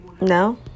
No